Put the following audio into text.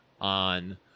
on